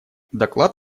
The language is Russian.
доклад